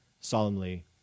solemnly